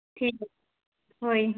ଠିକ୍ ଅଛି ହଉ